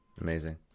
Amazing